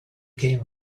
game